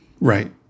right